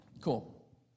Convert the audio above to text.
Cool